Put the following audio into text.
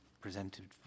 presented